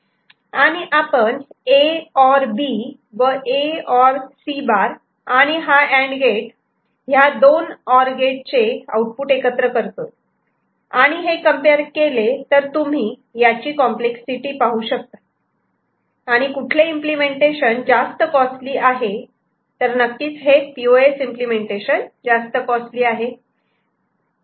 आणि आपण A OR B व A OR C' आणि हा अँड गेट ह्या दोन ऑर गेट चे आउटपुट एकत्र करतो आणि हे कम्पेअर केले तर तुम्ही याची कॉम्प्लेक्ससिटी पाहू शकतात आणि कुठले इम्पलेमेंटेशन जास्त कॉस्टली आहे तर नक्की हे पीओएस इम्पलेमेंटेशन जास्त कॉस्टली आहे